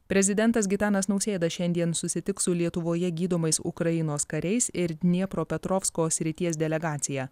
prezidentas gitanas nausėda šiandien susitiks su lietuvoje gydomais ukrainos kariais ir dniepropetrovsko srities delegacija